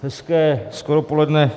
Hezké skoro poledne.